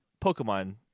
Pokemon